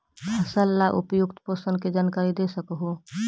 फसल ला उपयुक्त पोषण के जानकारी दे सक हु?